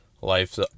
life